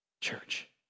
Church